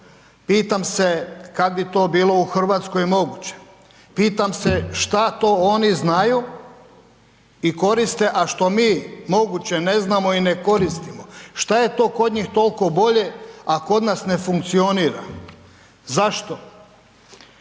Pitam se kad bi to bilo u Hrvatskoj moguće. Pitam se šta to oni znaju i koriste a što mi moguće ne znamo i ne koristimo, šta je to kod njih toliko bolje a kod nas ne funkcionira. Zašto?